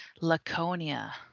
Laconia